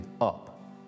up